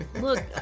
Look